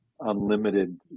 unlimited